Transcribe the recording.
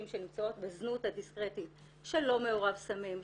שנמצאות בזנות הדיסקרטית שלא מעורב סמים,